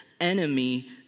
enemy